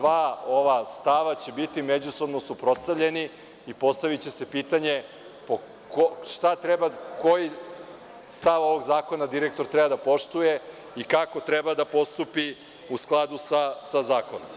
Dva ova stava će biti međusobno suprotstavljena i postaviće se pitanje koji stav ovog zakona direktor treba da poštuje i kako treba da postupi u skladu sa zakonom.